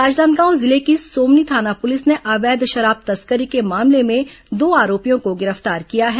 राजनांदगांव जिले की सोमनी थाना पूलिस ने अवैध शराब तस्करी के मामले में दो आरोपियों को गिरफ्तार किया है